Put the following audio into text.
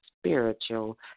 spiritual